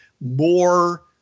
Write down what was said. more